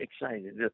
excited